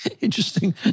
interesting